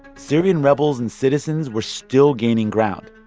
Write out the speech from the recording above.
syrian rebels and citizens were still gaining ground,